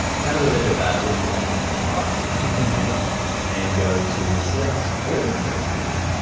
it's kind of ah bit of a wishful thinking this one, right? so you click in there are and go to select all, where is select all?